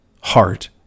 heart